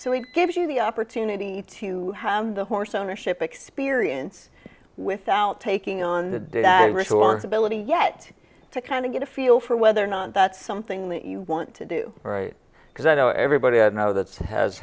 so it gives you the opportunity to have the horse ownership experience without taking on the ritual or ability yet to kind of get a feel for whether or not that's something that you want to do because i know everybody i know that's has